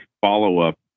follow-up